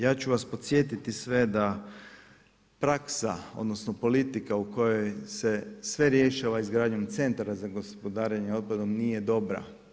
Ja ću vas podsjetiti sve da praksa, odnosno politika u kojoj se sve rješava izgradnjom centara za gospodarenje otpadom nije dobra.